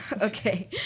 Okay